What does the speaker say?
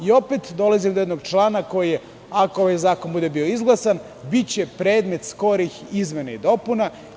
Opet dolazimo do jednog člana, ako ovaj zakon bude izglasan, biće predmet skorih izmena i dopuna.